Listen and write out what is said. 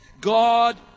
God